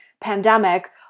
pandemic